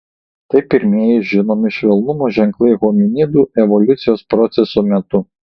tai pirmieji žinomi švelnumo ženklai hominidų evoliucijos proceso metu